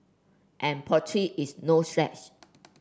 and Portugal is no slouch